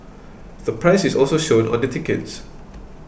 the price is also shown on the tickets